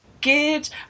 good